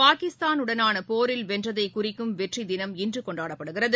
பாகிஸ்தானுடனான போரில் வென்றதை குறிக்கும் வெற்றி தினம் இன்று கொண்டாடப்படுகிறது